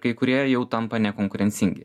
kai kurie jau tampa nekonkurencingi